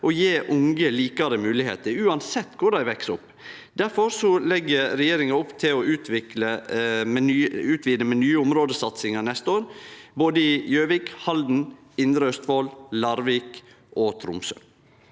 og gje unge likare moglegheiter, uansett kvar dei veks opp. Difor legg regjeringa opp til å utvide med nye områdesatsingar neste år, i både Gjøvik, Halden, Indre Østfold, Larvik og Tromsø.